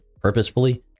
purposefully